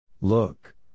Look